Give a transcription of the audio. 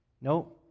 No